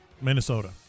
Minnesota